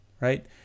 Right